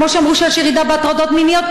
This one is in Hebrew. כמו שאמרו שיש ירידה בהטרדות מיניות,